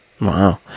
Wow